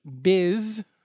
Biz